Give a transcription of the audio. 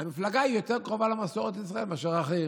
המפלגה יותר קרובה למסורת ישראל מאשר אחרים,